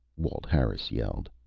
walt harris yelled.